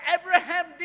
Abraham